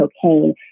cocaine